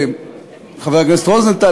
חבר הכנסת רוזנטל,